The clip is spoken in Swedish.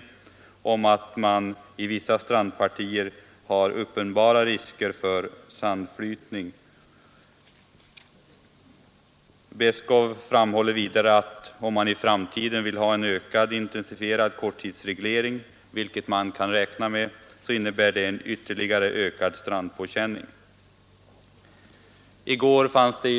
Han påtalar bl.a. att man vid vissa strandpartier har uppenbara risker för sandflytning. Beskow framhåller vidare att om man i framtiden vill ha en ökad och intensifierad korttidsreglering, vilket vi kan räkna med, så innebär det en ytterligare ökad strandpåkänning. I